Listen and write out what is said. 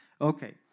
Okay